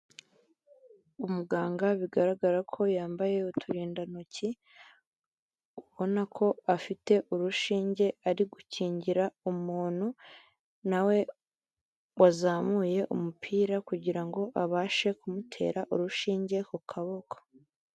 Umuganga bigaragara ko yambaye uturindantoki, ubona ko afite urushinge ari gukingira umuntu, na we wazamuye umupira kugira ngo abashe kumutera urushinge ku kaboko.